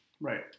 Right